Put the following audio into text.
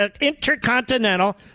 intercontinental